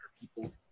people